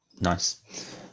Nice